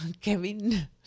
Kevin